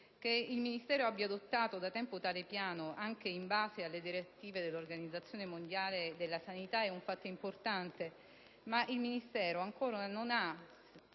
che il Ministero abbia adottato da tempo tale piano anche in base alle direttive dell'Organizzazione mondiale della sanità è un fatto importante; il Ministero tuttavia non ha